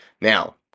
Now